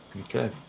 Okay